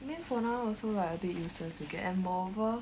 I mean for now also like a bit useless to get and moreover